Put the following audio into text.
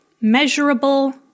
measurable